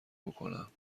بکنم